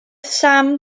sam